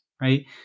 right